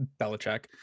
Belichick